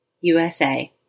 USA